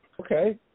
Okay